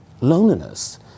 Loneliness